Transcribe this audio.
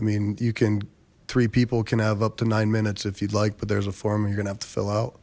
i mean you can three people can have up to nine minutes if you'd like but there's a form you're gonna have to fill out